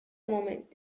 moment